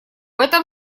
этом